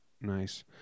nice